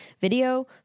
video